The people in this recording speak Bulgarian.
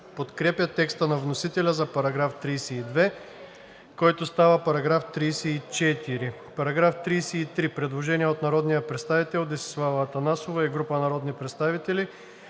подкрепя текста на вносителя за § 20, който става § 21. По § 21 има предложение от народния представител Десислава Атанасова и група народни представители.